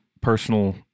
personal